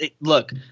look